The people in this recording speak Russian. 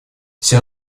все